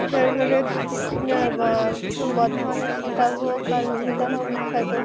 তারপরে বর্ধমানের সীতাভোগ আর মিহদানাও বিখ্যাত